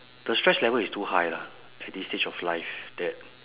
the stress level is too high lah at this stage of life that